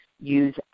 use